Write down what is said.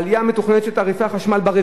העלייה המתוכננת של תעריפי החשמל ב-4